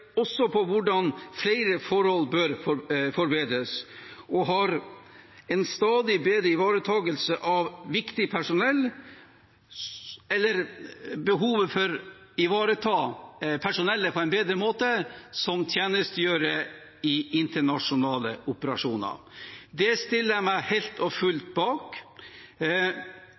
også på hvordan flere forhold bør forbedres og behovet for på en bedre måte å ivareta personellet som tjenestegjør i internasjonale operasjoner. Det stiller jeg meg helt og fullt bak.